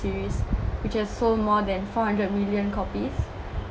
series which has sold more than four hundred million copies